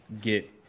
get